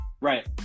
Right